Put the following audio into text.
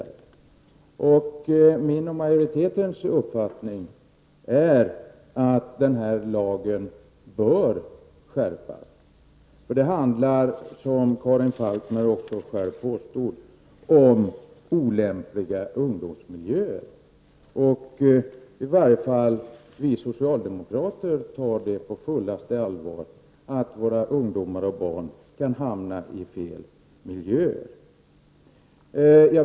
Jag och majoriteten anser att lagen bör skärpas. Det handlar, som Karin Falkmer också själv sade, om olämpliga ungdomsmiljöer. I varje fall vi socialdemokrater tar på fullaste allvar att våra barn och ungdomar kan hamna i fel miljö.